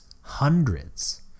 hundreds